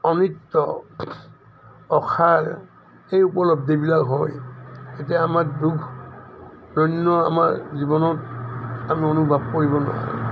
অনিত্য অসাৰ এই উপলব্ধিবিলাক হৈ এতিয়া আমাৰ দুখ দৈন্য আমাৰ জীৱনত আমি অনুভৱ কৰিব নোৱাৰোঁ